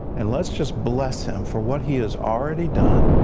and let's just bless him for what he has already done,